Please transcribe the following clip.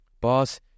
Boss